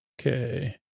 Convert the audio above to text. Okay